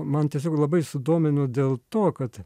man tiesiog labai sudomino dėl to kad